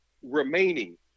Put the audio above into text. remaining